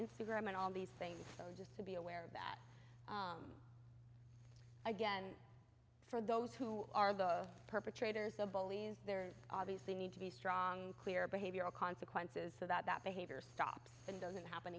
instagram and all these things so just to be aware of that again for those who are the perpetrators the bullies there's obviously need to be strong clear behavioral consequences so that that behavior stops and doesn't happen